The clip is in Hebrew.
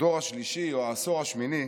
בדור השלישי או העשור השמיני,